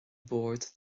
bord